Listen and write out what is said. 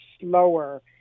slower